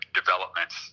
developments